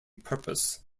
purpose